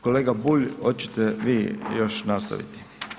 Kolega Bulj hoćete vi još nastaviti?